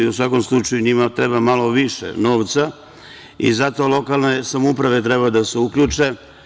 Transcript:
U svakom slučaju njima treba malo više novca i zato lokalne samouprave treba da se uključe.